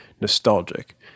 nostalgic